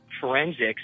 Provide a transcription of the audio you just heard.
forensics